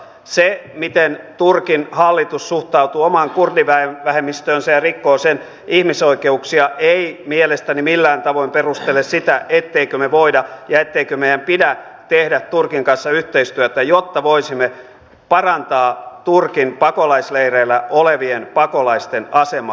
se miten turkin hallitus suhtautuu omaan kurdivähemmistöönsä ja rikkoo sen ihmisoikeuksia ei mielestäni millään tavoin perustele sitä ettemmekö me voi ja etteikö meidän pidä tehdä turkin kanssa yhteistyötä jotta voisimme parantaa turkin pakolaisleireillä olevien pakolaisten asemaa